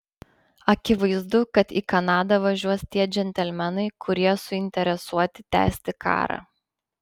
akivaizdu kad į kanadą važiuos tie džentelmenai kurie suinteresuoti tęsti karą